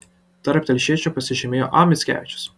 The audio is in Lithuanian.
tarp telšiečių pasižymėjo a mickevičius